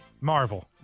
Marvel